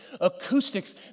acoustics